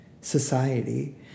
society